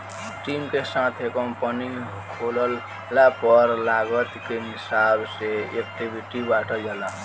team के साथे company खोलला पर लागत के हिसाब से इक्विटी बॉटल जाला